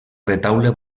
retaule